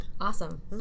Awesome